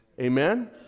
Amen